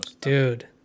Dude